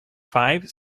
five